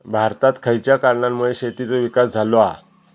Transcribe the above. भारतात खयच्या कारणांमुळे शेतीचो विकास झालो हा?